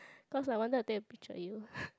cause I wanted to take a picture with you